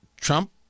Trump